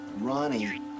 ronnie